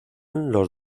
los